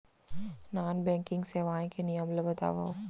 Non banking सेवाएं के नियम ला बतावव?